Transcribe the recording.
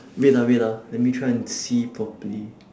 wait ah wait ah let me try and see properly